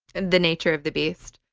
and the nature of the beast.